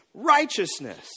righteousness